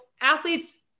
athletes